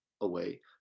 away